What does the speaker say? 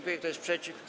Kto jest przeciw?